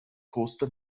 kruste